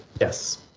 Yes